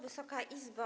Wysoka Izbo!